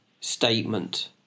statement